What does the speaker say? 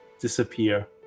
disappear